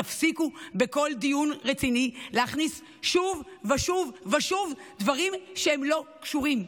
תפסיקו בכל דיון רציני להכניס שוב ושוב ושוב דברים שהם לא קשורים.